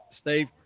Steve